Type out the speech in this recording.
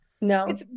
No